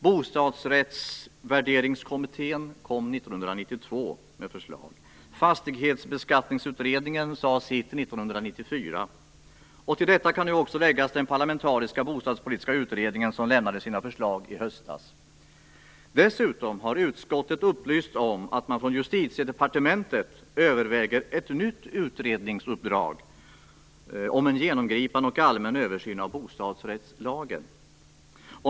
Bostadsrättsvärderingskommittén kom med sitt förslag 1992. Fastighetsbeskattningsutredningen sade sitt 1994. Till detta kan nu också läggas den parlamentariska bostadspolitiska utredningen, som lämnade sina förslag i höstas. Dessutom har utskottet upplysts om att Justitiedepartementet överväger ett nytt utredningsuppdrag om en genomgripande och allmän översyn av bostadsrättslagen.